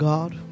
God